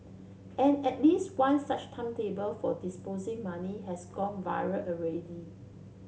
and at least one such timetable for depositing money has gone viral already